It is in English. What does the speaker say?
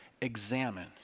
Examine